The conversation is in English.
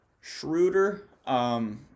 Schroeder